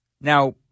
Now